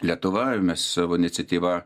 lietuva mes savo iniciatyva